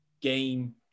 game